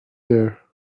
there